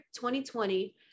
2020